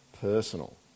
personal